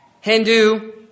Hindu